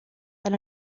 that